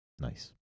Nice